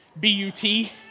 B-U-T